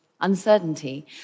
uncertainty